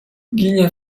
ginie